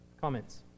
Comments